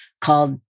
called